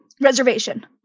reservation